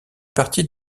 partie